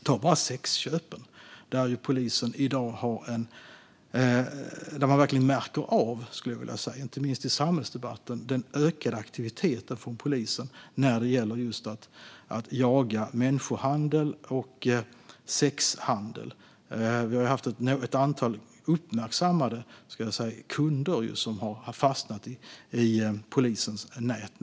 Ta bara sexköpen, där man verkligen märker av den ökade aktiviteten från polisen! Det märks inte minst i samhällsdebatten. Det handlar om att jaga människohandel och sexhandel. Det har varit ett antal uppmärksammade kunder som har fastnat i polisens nät.